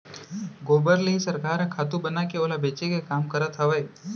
गोबर ले ही सरकार ह खातू बनाके ओला बेचे के काम करत हवय